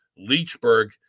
Leechburg